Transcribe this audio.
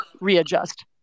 readjust